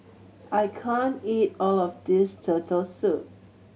I can't eat all of this Turtle Soup